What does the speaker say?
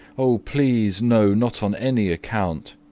oh, please, no, not on any account,